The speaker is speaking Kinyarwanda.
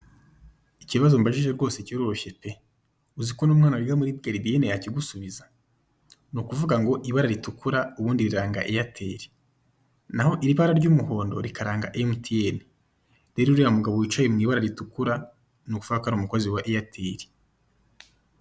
Ikibazo umbajije kiroroshye rwose pe! Uzi ko n'umwana wiga muri garidiyene yakigusubiza? Ni ukuvuga ngo: ibara ritukura, ubundi riranga Airtel, naho iri bara ry'umuhondo rikaranga MTN. Rero, uriya mugabo wicaye mu ibara ritukura, ni ukuvuga ko ari umukozi wa Airtel.